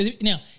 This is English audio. Now